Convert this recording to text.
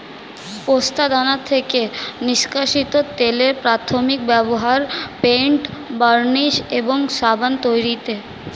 পোস্তদানা থেকে নিষ্কাশিত তেলের প্রাথমিক ব্যবহার পেইন্ট, বার্নিশ এবং সাবান তৈরিতে